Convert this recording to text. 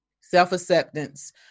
Self-acceptance